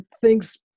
thinks